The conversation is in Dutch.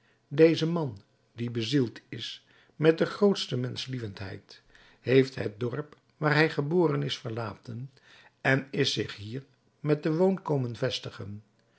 deze man die bezield is met de grootste menschlievendheid heeft het dorp waar hij geboren is verlaten en is zich hier met der woon komen vestigen